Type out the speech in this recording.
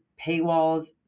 paywalls